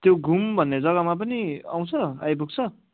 त्यो घुम भन्ने जग्गामा पनि आउँछ आइपुग्छ